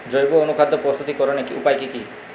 জৈব অনুখাদ্য প্রস্তুতিকরনের উপায় কী কী?